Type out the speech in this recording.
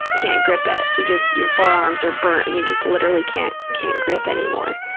can't grip it. you just, your forearms are burnt and you just literally can't can't grip anymore.